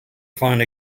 find